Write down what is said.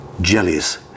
jellies